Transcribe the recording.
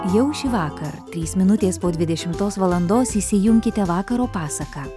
jau šįvakar trys minutės po dvidešimtos valandos įsijunkite vakaro pasaką